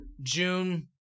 June